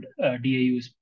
DAUs